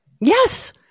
Yes